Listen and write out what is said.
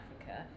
Africa